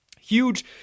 Huge